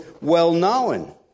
well-known